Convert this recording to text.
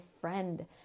friend